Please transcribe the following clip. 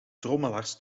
trommelaars